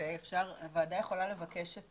הוועדה יכולה לבקש את